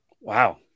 Wow